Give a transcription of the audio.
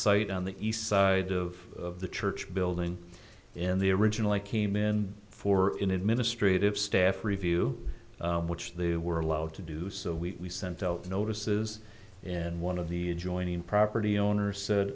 site on the east side of the church building in the original i came in for an administrative staff review which they were allowed to do so we sent out notices and one of the adjoining property owner